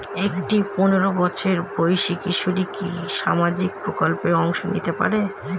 একটি পোনেরো বছর বয়সি কিশোরী কি কি সামাজিক প্রকল্পে অংশ নিতে পারে?